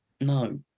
No